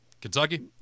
Kentucky